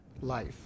life